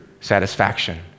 satisfaction